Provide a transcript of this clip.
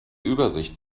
übersicht